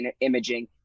imaging